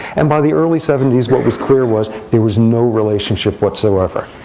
and by the early seventy s, what was clear was there was no relationship whatsoever.